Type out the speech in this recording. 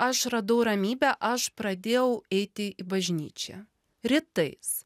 aš radau ramybę aš pradėjau eiti į bažnyčią rytais